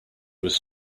was